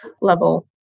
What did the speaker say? level